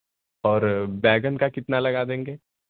और बैंगन का कितना लगा देंगे